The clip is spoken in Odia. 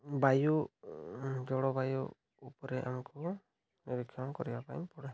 ବାୟୁ ଜଳବାୟୁ ଉପରେ ଆମକୁ ନିରୀକ୍ଷଣ କରିବା ପାଇଁ ପଡ଼େ